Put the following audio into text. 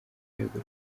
rwego